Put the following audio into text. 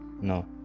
No